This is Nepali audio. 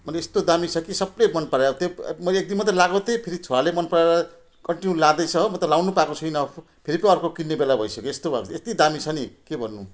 माने यस्तो दामी छ कि सबले मन परायो त्यो मैले एक दिन मात्र लगाएको थिएँ फेरि छोराले मन पराएर कन्टिन्यु लाँदैछ हो मतलब लगाउनु पएको छैन फेरि पो अर्को किन्ने बेला भइसक्यो यस्तो भएको थियो यति दामी छ नि के भन्नु